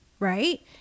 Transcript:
Right